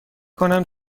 کنم